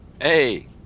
Hey